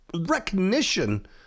recognition